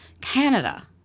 Canada